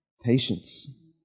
Patience